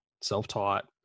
self-taught